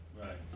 Right